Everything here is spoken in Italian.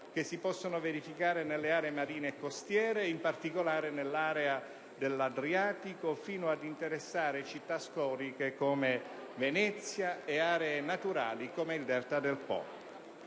che si possono verificare nelle aree marine e costiere, in particolare nell'area dell'Adriatico, fino ad interessare città storiche come Venezia e aree naturali come il Delta del Po.